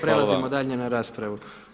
Prelazimo dalje na raspravu.